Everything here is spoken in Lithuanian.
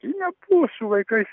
ji nebuvo su vaikais